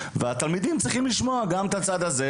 ולאפשר לתלמידים לשמוע את כל הצדדים,